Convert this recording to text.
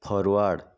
forward